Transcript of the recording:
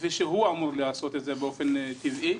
כפי שהוא אמור לעשות את זה באופן טבעי.